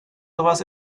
sowas